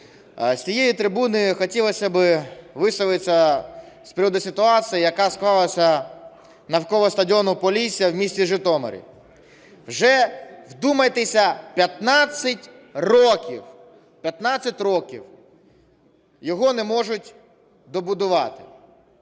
З цієї трибуни хотілося би висловитися з приводу ситуації, яка склалася навколо стадіону "Полісся" в місті Житомирі. Вже, вдумайтеся, 15 років, 15 років його не можуть добудувати.